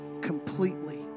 completely